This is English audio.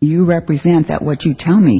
you represent that what you tell me